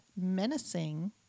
menacing